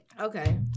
Okay